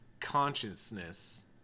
consciousness